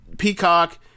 Peacock